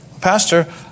Pastor